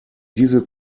diese